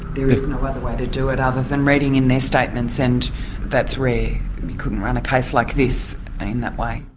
there is no other way to do it other than reading in their statements, and that's rare. you couldn't run a case like this in that way.